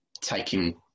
taking